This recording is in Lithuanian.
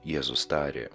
jėzus tarė